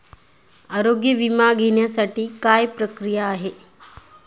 आरोग्य विमा घेण्यासाठी काय प्रक्रिया आहे?